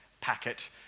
packet